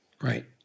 Right